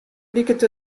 liket